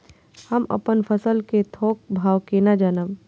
हम अपन फसल कै थौक भाव केना जानब?